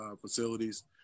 facilities